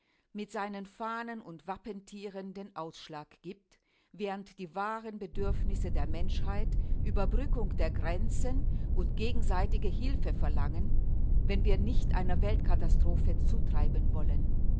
mit seinen fahnen und wappentieren den ausschlag gibt während die wahren bedürfnisse der menschheit überbrückung der grenzen und gegenseitige hilfe verlangen wenn wir nicht einer weltkatastrophe zutreiben wollen